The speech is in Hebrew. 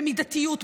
במידתיות,